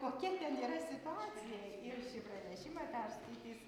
kokia ten yra situacija ir šį pranešimą perskaitys